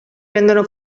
rendono